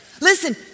Listen